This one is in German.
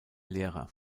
lehrer